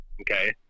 Okay